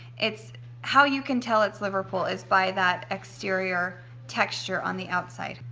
it's how you can tell it's liverpool is by that exterior texture on the outside.